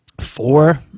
four